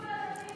אבל לחילונים